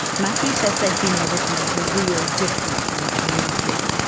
matthew says they've been able to make a real difference in the community.